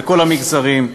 לכל המגזרים.